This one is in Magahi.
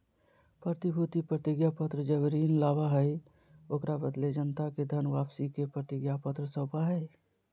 प्रतिभूति प्रतिज्ञापत्र जब ऋण लाबा हइ, ओकरा बदले जनता के धन वापसी के प्रतिज्ञापत्र सौपा हइ